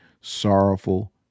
sorrowful